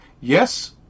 Yes